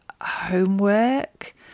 homework